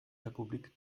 republik